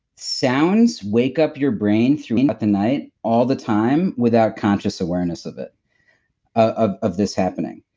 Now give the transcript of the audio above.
sounds wake up your brain throughout the night all the time without conscious awareness of it of of this happening.